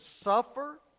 suffer